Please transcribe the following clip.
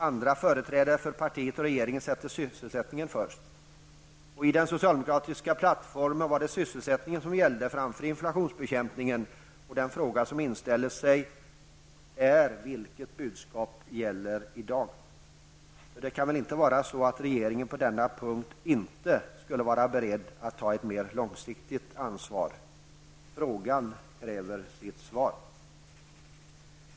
Andra företrädare för socialdemokraterna och regeringen sätter sysselsättningen först. I den socialdemokratiska plattformen var det sysselsättningen som gällde framför inflationsbekämpningen. Den fråga som inställer sig är vilket budskap som gäller i dag. Det kan väl inte vara så att regeringen på denna punkt inte skulle vara beredd att ta ett mer långsiktigt ansvar? Frågan kräver sitt svar.